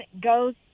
goes